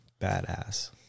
Badass